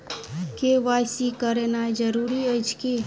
KYC करानाइ जरूरी अछि की?